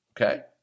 okay